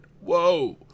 whoa